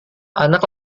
anak